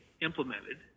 implemented